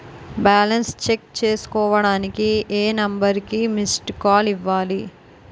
Balance check చేసుకోవటానికి ఏ number కి మిస్డ్ కాల్ ఇవ్వాలి?